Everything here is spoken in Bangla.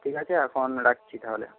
ঠিক আছে এখন রাখছি তাহলে